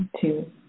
two